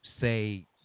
say